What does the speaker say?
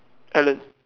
Alan